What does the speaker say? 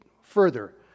further